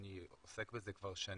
אני עוסק בזה כבר שנים,